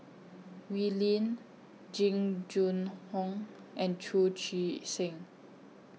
Wee Lin Jing Jun Hong and Chu Chee Seng